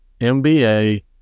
MBA